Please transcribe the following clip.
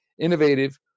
Innovative